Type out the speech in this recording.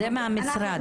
זה מהמשרד.